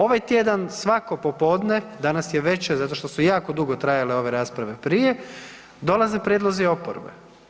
Ovaj tjedan svako popodne, danas je večer zato što su jako dugo trajale ove rasprave prije dolaze prijedlozi oporbe.